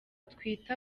twita